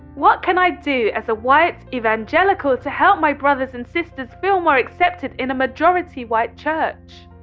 what can i do as a white evangelical to help my brothers and sisters feel more accepted in a majority white church?